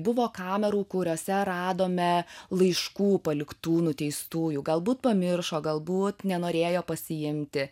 buvo kamerų kuriose radome laiškų paliktų nuteistųjų galbūt pamiršo galbūt nenorėjo pasiimti